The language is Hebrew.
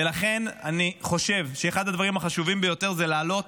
ולכן אני חושב שאחד הדברים החשובים ביותר זה להעלות,